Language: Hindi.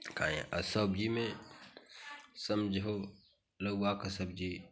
खाएं सब्जी में समझो लौका के सब्जी